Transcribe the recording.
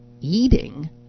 eating